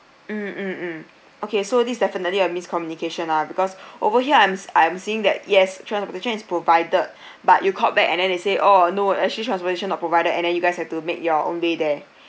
mm okay so this definitely a miscommunication ah because over here I'm I'm seeing that yes transportation is provided but you called back and then they say oh no actually transportation are not provided and you guys have to make your own way there